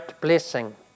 blessing